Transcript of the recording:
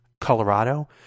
Colorado